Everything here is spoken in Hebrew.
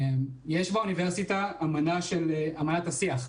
יש באוניברסיטה אמנת השיח,